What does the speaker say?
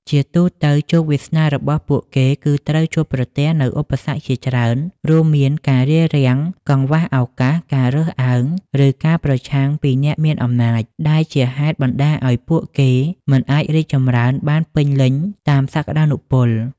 ជាទូទៅ ជោគវាសនារបស់ពួកគេគឺត្រូវជួបប្រទះនូវឧបសគ្គជាច្រើន រួមមានការរារាំង កង្វះឱកាស ការរើសអើង ឬការប្រឆាំងពីអ្នកមានអំណាច ដែលជាហេតុបណ្តាលឲ្យពួកគេមិនអាចរីកចម្រើនបានពេញលេញតាមសក្ដានុពល។